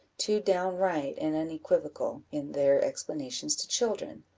too downright and unequivocal, in their explanations to children,